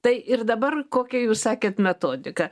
tai ir dabar kokia jūs sakėt metodika